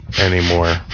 anymore